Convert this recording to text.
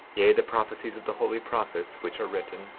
yea, the prophecies of the holy prophets, which are written,